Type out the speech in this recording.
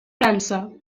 frança